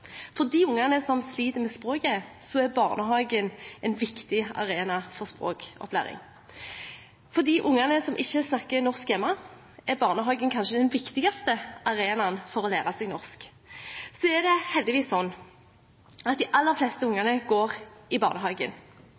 For de ungene som sliter med språket, er barnehagen en viktig arena for språkopplæring. For de ungene som ikke snakker norsk hjemme, er barnehagen kanskje den viktigste arenaen for å lære seg norsk. Så er det heldigvis slik at de aller fleste ungene går i barnehagen,